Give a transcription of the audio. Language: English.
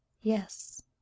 Yes